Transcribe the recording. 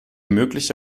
mögliche